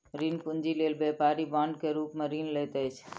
ऋण पूंजी लेल व्यापारी बांड के रूप में ऋण लैत अछि